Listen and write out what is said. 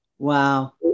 Wow